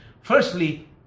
Firstly